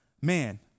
man